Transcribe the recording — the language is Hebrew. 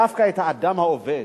דווקא את האדם העובד.